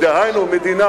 דהיינו, מדינה